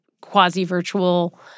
quasi-virtual